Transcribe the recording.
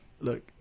look